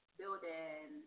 building